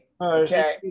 okay